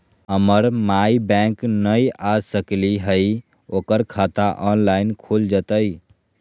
हमर माई बैंक नई आ सकली हई, ओकर खाता ऑनलाइन खुल जयतई?